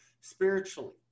spiritually